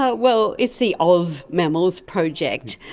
ah well, it's the oz mammals project,